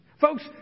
Folks